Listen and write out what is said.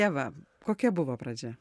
ieva kokia buvo pradžia